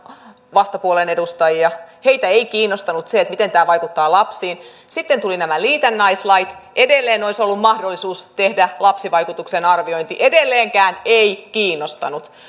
vastapuolen edustajia heitä ei kiinnostanut se miten tämä vaikuttaa lapsiin sitten tulivat nämä liitännäislait edelleen olisi ollut mahdollisuus tehdä lapsivaikutusten arviointi edelleenkään ei kiinnostanut